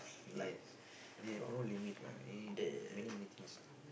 yes they have no limit lah eat many many things lah